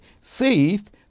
Faith